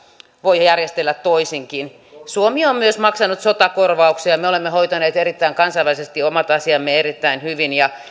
voi järjestellä toisinkin suomi on myös maksanut sotakorvauksia ja me olemme hoitaneet kansainvälisesti omat asiamme erittäin hyvin